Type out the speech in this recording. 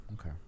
Okay